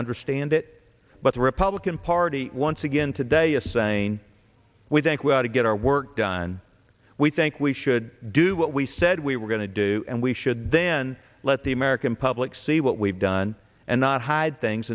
understand it but the republican party once again today is saying we think we ought to get our work done we think we should do what we said we were going to do and we should then let the american public see what we've done and not hide things